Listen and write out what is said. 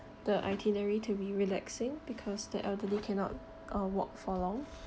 the itinerary to be relaxing because the elderly cannot uh walk for long